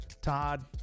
Todd